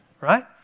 Right